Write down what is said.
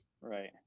Right